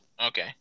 Okay